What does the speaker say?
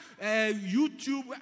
YouTube